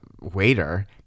waiter